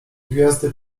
gwiazdy